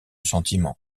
sentiment